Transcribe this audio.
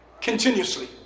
Continuously